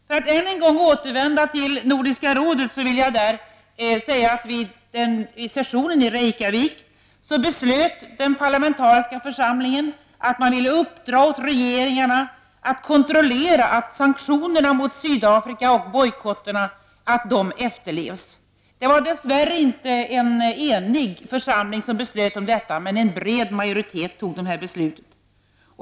För att än en gång återvända till Nordiska rådet, vill jag säga att den parlamentariska församlingen vid sessionen i Reykjavik beslöt att uppdra åt regeringarna att kontrollera att sanktionerna och bojkotterna mot Sydafrika efterlevs. Det var dess värre inte en enig församling som fattade detta beslut, men det var en bred majoritet.